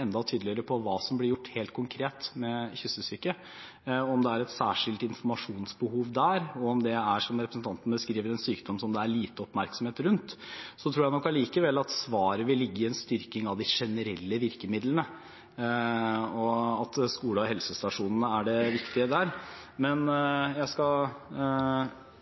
enda tydeligere på hva som blir gjort, helt konkret, med kyssesyke, om det er et særskilt informasjonsbehov der, og om det er, som representanten beskriver, en sykdom som det er lite oppmerksomhet rundt. Så tror jeg nok likevel at svaret vil ligge i en styrking av de generelle virkemidlene, og at skolene og helsestasjonene er viktige der.